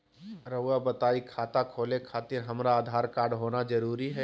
रउआ बताई खाता खोले खातिर हमरा आधार कार्ड होना जरूरी है?